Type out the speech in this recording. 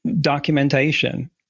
documentation